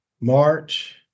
March